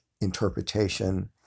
interpretation